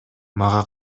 мага